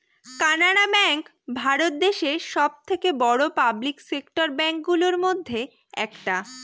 Canara bank Bharat দেশে সব থেকে বড়ো পাবলিক সেক্টর ব্যাঙ্ক গুলোর মধ্যে একটা